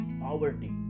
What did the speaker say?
poverty